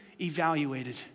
evaluated